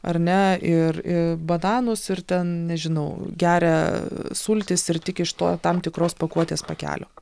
ar ne ir bananus ir ten nežinau geria sultis ir tik iš to tam tikros pakuotės pakelio